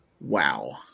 Wow